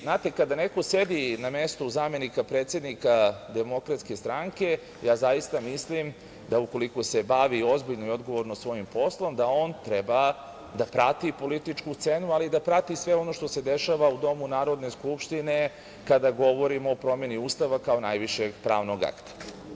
Znate, kada neko sedi na mestu zamenika predsednika DS, ja zaista mislim da ukoliko se bavi ozbiljno i odgovorno svojim poslom, da on treba da prati političku scenu, ali i da prati sve ono što se dešava u domu Narodne skupštine kada govorimo o promeni Ustava kao najvišeg pravnog akta.